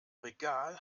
regal